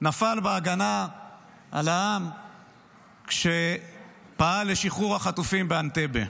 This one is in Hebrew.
נפל בהגנה על העם כשפעל לשחרור החטופים באנטבה.